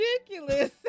ridiculous